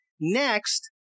next